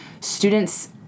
students